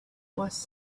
was